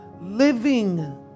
living